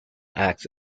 acts